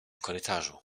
korytarzu